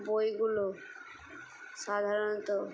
বইগুলো সাধারণত